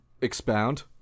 Expound